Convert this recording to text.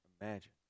imagine